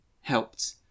helped